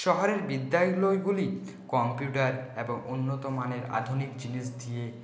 শহরের বিদ্যালয়গুলি কম্পিউটার এবং উন্নতমানের আধুনিক জিনিস দিয়ে